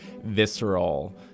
visceral